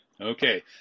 Okay